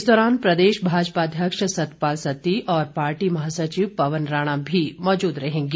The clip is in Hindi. इस दौरान प्रदेश भाजपा अध्यक्ष सतपाल सत्ती और पार्टी महासचि पवन राणा भी मौजूद रहेंगे